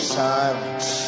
silence